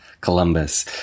Columbus